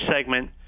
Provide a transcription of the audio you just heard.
segment